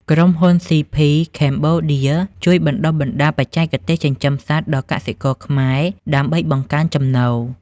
ក្រុមហ៊ុន ស៊ី ភី ខេមបូឌា (CP Cambodia) ជួយបណ្ដុះបណ្ដាលបច្ចេកទេសចិញ្ចឹមសត្វដល់កសិករខ្មែរដើម្បីបង្កើនចំណូល។